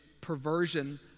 perversion